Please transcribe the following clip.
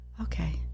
okay